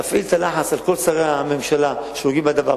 תפעיל את הלחץ על כל שרי הממשלה שנוגעים בדבר,